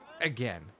Again